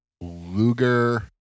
Luger